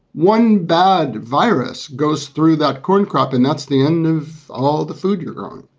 one bad virus goes through that corn crop, and that's the end of all the food you're on.